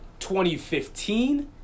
2015